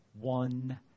one